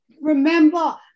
remember